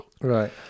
Right